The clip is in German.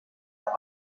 auf